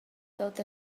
dod